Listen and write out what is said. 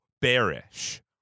bearish